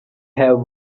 have